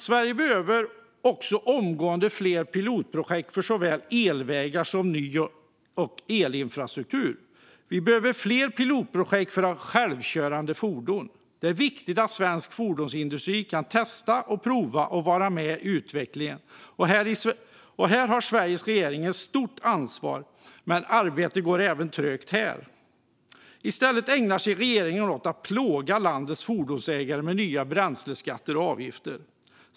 Sverige behöver också omgående fler pilotprojekt för såväl elvägar som ny elinfrastruktur samt för självkörande fordon. Det är viktigt att svensk fordonsindustri kan testa, prova och vara med i utvecklingen. Sveriges regering har ett stort ansvar för detta, men också här går arbetet trögt. I stället ägnar sig regeringen åt att plåga landets fordonsägare med nya bränsleskatter och avgifter.